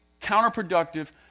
counterproductive